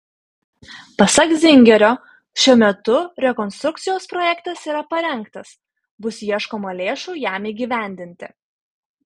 pasak zingerio šiuo metu rekonstrukcijos projektas yra parengtas bus ieškoma lėšų jam įgyvendinti